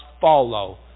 follow